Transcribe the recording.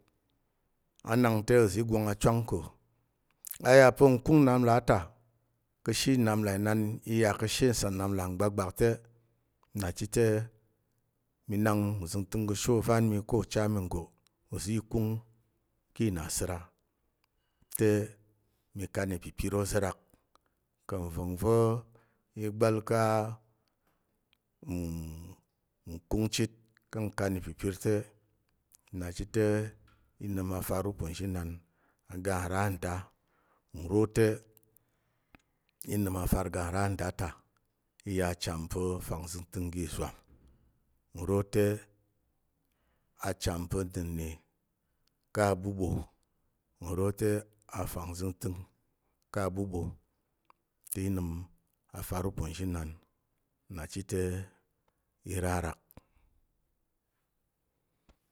A nak te uza̱ i gwong achwang ka̱ a ya pa̱ nkung nnap nlà inan ta ka̱she nnap nlà inan i yà ka̱she nsar nnap nlà ngbakgbak te na chit te mi nak uzəngtəng ka̱she ovan mi ko ucha mi nggo ozi i kung ki nasəra te mi kan ipipir ôza̱ rak ka̱ nva̱ng va̱ i gba̱l ka̱ nkung chit ka̱ nkan ipipir te na chit te i nəm afar uponzhi nan aga nra nda nro te i nəm afar ga nra nda ta i yà acham pa̱ fangzəngtəng gi izwam. Nro te acham pa̱ na̱nne ka aɓuɓo. Nro te afangzəngtəng ka aɓuɓo te i nəm afar ûponzhinan na chit te i ra rak.